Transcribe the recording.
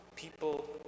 People